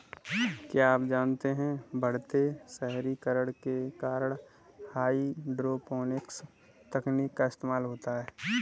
क्या आप जानते है बढ़ते शहरीकरण के कारण हाइड्रोपोनिक्स तकनीक का इस्तेमाल होता है?